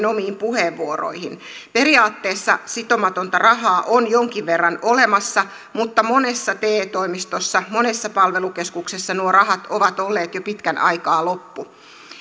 omiin puheenvuoroihin periaatteessa sitomatonta rahaa on jonkin verran olemassa mutta monessa te toimistossa monessa palvelukeskuksessa nuo rahat ovat olleet jo pitkän aikaa loppu